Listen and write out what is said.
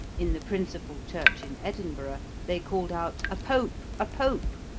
in the principal church in edinburgh they called out a pope! a pope!